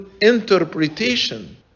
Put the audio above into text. interpretation